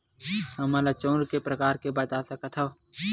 हमन ला चांउर के प्रकार बता सकत हव?